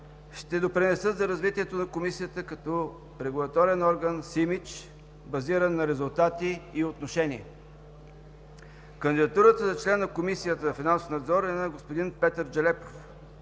ще допринесат за развитието на Комисията като регулаторен орган с имидж, базиран на резултати и отношение. Кандидатурата за член на Комисията за финансов надзор е на господин Петър Джелепов.